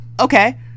Okay